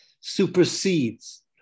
supersedes